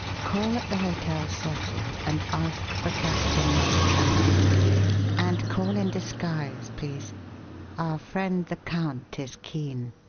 call at the hotel cecil and ask for captain maltravers and call in disguise, please our friend the count is keen.